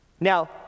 Now